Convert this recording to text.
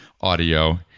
audio